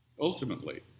Ultimately